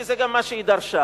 כי זה גם מה שהיא דרשה.